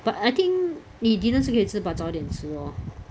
but I think 你 dinner 是可以吃 but 早点吃 lor